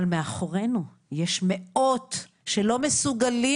אבל מאחורינו יש מאות שלא מסוגלים